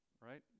right